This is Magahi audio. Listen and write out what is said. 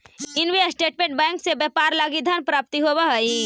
इन्वेस्टमेंट बैंक से व्यापार लगी धन प्राप्ति होवऽ हइ